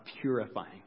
purifying